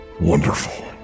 wonderful